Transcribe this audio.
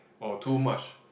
or too much